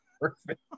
perfect